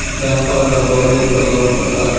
bank ಒಳಗ gold ಇಟ್ರ loan ಕೊಡ್ತಾರ